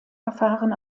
verfahren